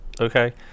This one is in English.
Okay